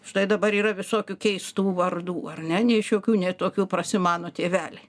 štai dabar yra visokių keistų vardų ar ne nei šiokių nei tokių prasimano tėveliai